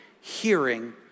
hearing